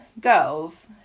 girls